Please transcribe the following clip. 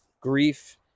grief